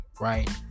right